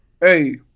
Hey